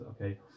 okay